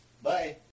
Bye